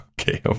Okay